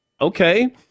Okay